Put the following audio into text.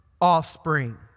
offspring